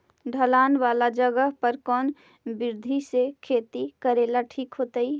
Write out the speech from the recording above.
ढलान वाला जगह पर कौन विधी से खेती करेला ठिक होतइ?